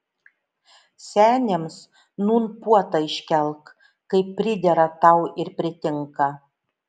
seniams nūn puotą iškelk kaip pridera tau ir pritinka